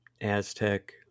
aztec